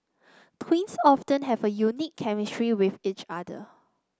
twins often have a unique chemistry with each other